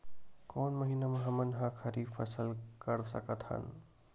कोन महिना म हमन ह खरीफ फसल कर सकत हन?